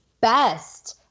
best